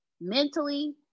Mentally